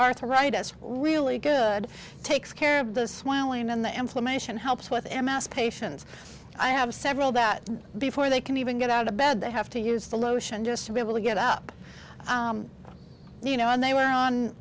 arthritis really good takes care of the swelling in the inflammation helps with emmaus patients i have several that before they can even get out of bed they have to use the lotion just to be able to get up you know and they were on